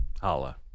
Holla